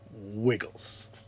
Wiggles